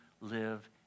live